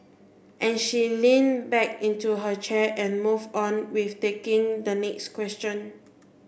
and she leaned back into her chair and moved on with taking the next question